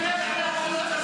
לכי למפלגת העבודה.